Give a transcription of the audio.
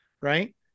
Right